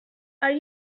are